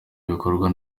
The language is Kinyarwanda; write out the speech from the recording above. bikorwa